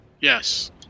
Yes